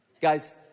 Guys